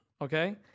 Okay